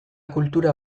kultura